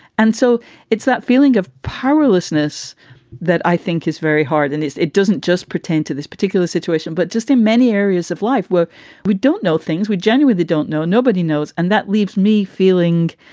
and so it's that feeling of powerlessness that i think is very hard. and it doesn't just pretend to this particular situation, but just in many areas of life where we don't know things we genuinely don't know, nobody knows. and that leaves me feeling,